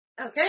Okay